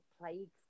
plagues